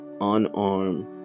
unarmed